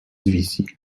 wizji